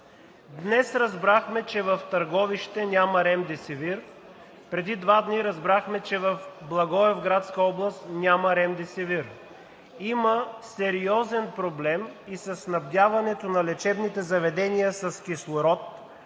Днес разбрахме, че в Търговище няма ремдесивир, преди два дни разбрахме че в Благоевградска област няма ремдесивир. Има сериозен проблем и със снабдяването на лечебните заведения с кислород,